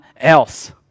else